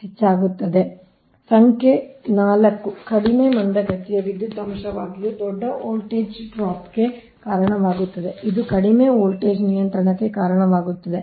ಮತ್ತು ಸಂಖ್ಯೆ 4 ಕಡಿಮೆ ಮಂದಗತಿಯ ವಿದ್ಯುತ್ ಅಂಶವಾಗಿದ್ದು ದೊಡ್ಡ ವೋಲ್ಟೇಜ್ ಡ್ರಾಪ್ಗೆ ಕಾರಣವಾಗುತ್ತದೆ ಇದು ಕಡಿಮೆ ವೋಲ್ಟೇಜ್ ನಿಯಂತ್ರಣಕ್ಕೆ ಕಾರಣವಾಗುತ್ತದೆ